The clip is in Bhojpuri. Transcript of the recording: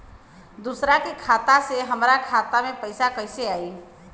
दूसरा के खाता से हमरा खाता में पैसा कैसे आई?